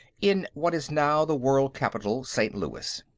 in what is now the world capitol, st. louis.